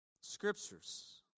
Scriptures